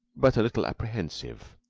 but a little apprehensive.